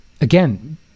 Again